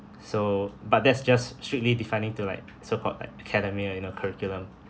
so but that's just strictly defining to like so-called like academia you know curriculum